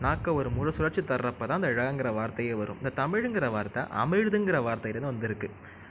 நாக்கை ஒரு முழு சுழற்சி தர்றப்ப தான் அந்த ழங்கிற வார்த்தையே வரும் இந்த தமிழுங்கிற வார்த்த அமிழ்துங்கிற வார்த்தையிலேருந்து வந்திருக்கு